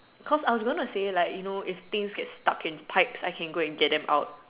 cause I was gonna say like you know if things are stuck in pipes I can go and get them out